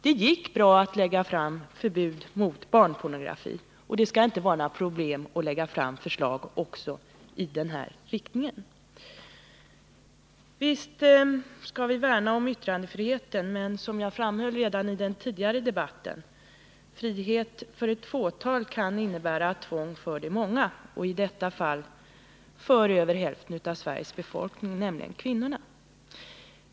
Det gick bra att införa ett förbud mot barnpornografi, och det skall inte vara några problem att lägga fram ett förslag också i den här frågan. Visst skall vi värna om yttrandefriheten, men som jag framhöll redan i den tidigare debatten: Frihet för ett fåtal kan innebära tvång för de många, och i detta fall för över hälften av Sveriges befolkning, nämligen kvinnorna.